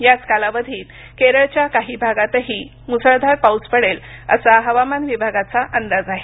याच कालावधीत केरळच्या काही भागातही मुसळधार पाऊस पडेल असा हवामान विभागाचा अंदाज आहे